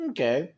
Okay